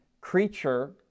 creature